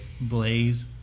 Blaze